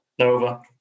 Nova